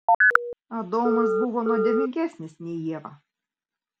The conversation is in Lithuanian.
adomas buvo nuodėmingesnis nei ieva